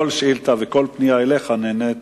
כל שאילתא וכל פנייה אליך נענות